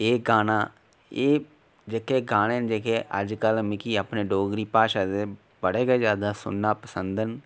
एह् गाना एह् जेह्के गाने ना जेहके अजकल मिगी अपनी डोगरी भाशा दे बड़े गा ज्यादा सुनना पसंद न